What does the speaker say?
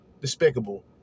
Despicable